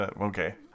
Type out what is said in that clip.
Okay